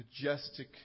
majestic